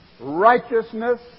righteousness